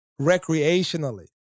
recreationally